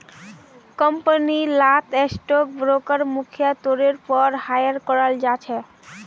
company लात stock broker मुख्य तौरेर पोर हायर कराल जाहा